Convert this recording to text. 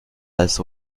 als